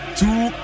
two